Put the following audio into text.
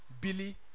Billy